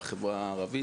בחברה הערבית?